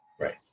Right